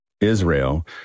Israel